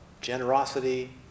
generosity